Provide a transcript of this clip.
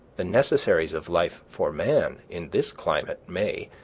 the necessaries of life for man in this climate may,